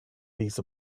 piece